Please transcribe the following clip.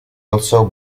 also